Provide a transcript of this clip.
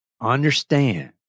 understand